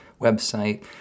website